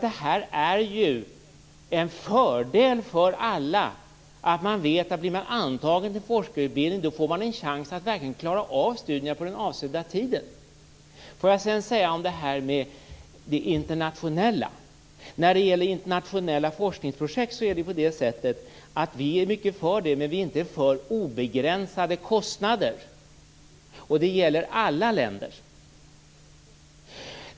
Det vore en fördel för alla att man, om man har blivit antagen till forskarutbildning, vet att man har en chans att klara av sina studier på den avsedda tiden. Så till frågan om det internationella. Vi är mycket för internationella forskningsprojekt, men vi är inte för obegränsade kostnader, och det gäller alla länder.